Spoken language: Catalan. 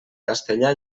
castellà